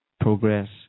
progress